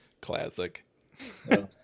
classic